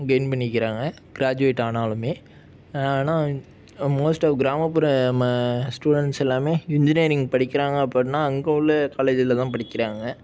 gain பண்ணிக்கிறாங்க graduate ஆனாலுமே ஆனால் மோஸ்ட் ஆஃப் கிராமப்புற நம்ம ஸ்டூடெண்ஸ் எல்லாமே இன்ஜினியரிங் படிக்கிறாங்க அப்படினா அங்கே உள்ள காலேஜ்ஜுல தான் படிக்கிறாங்க